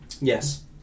Yes